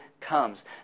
comes